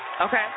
Okay